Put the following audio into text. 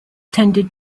tended